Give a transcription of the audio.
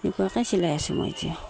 এনেকুৱাকৈ চিলাই আছো মই এতিয়া